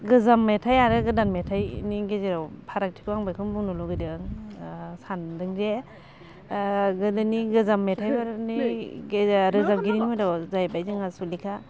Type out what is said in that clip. गोजाम मेथाइ आरो गोदान मेथाइनि गेजेराव फारागथिखौ आं बेखौनो बुंनो लुबैदों सानदों जे गोदोनि गोजाम मेथाइफोरनि गेजेरारि रोजाबगिरिनि मादाव जाहैबाय जोंहा सुलेखा